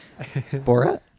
Borat